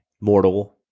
mortal